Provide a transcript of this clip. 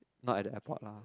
not at the airport lah